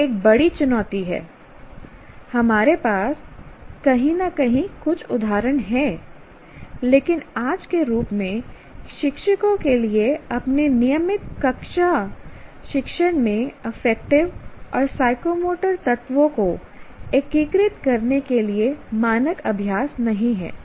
यह एक बड़ी चुनौती है हमारे पास कहीं न कहीं कुछ उदाहरण हैं लेकिन आज के रूप में शिक्षकों के लिए अपने नियमित कक्षा शिक्षण में अफेक्टिव और साइकोमोटर तत्वों को एकीकृत करने के लिए मानक अभ्यास नहीं है